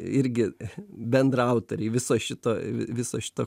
irgi bendraautoriai viso šito viso šito